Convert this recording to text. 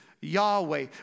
Yahweh